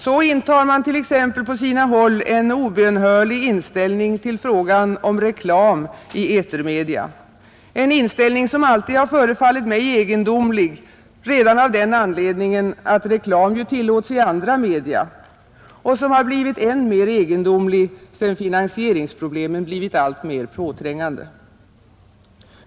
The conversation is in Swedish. Så intar man t.ex. på sina håll en obönhörlig inställning till frågan om reklam i etermedia — en inställning som alltid har förefallit mig egendomlig redan av den anledningen att reklam ju tillåts i andra media och som har blivit än mer egendomlig sedan finansieringsproblemen blivit alltmer påträngande.